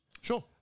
Sure